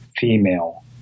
female